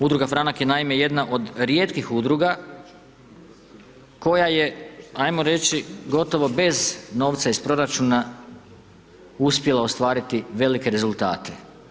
Udruga Franak je, naime, jedna od rijetkih Udruga koja je, ajmo reći, bez novca iz proračuna, uspjela ostvariti velike rezultate.